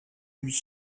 lui